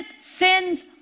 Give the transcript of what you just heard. sins